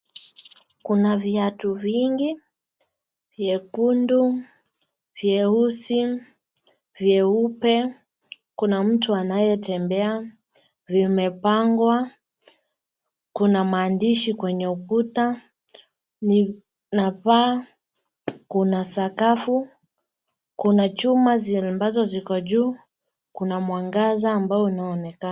Kuna viatu vingi , vyekundu, vyeusi, vyeupe, kuna mtu anayetembea, vimepangwa, kuna maandishi kwenye ukuta, ninavaa, kuna sakafu, kuna chuma ambazo ziko juu, kuna mwangaza ambao unaonekana.